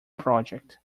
project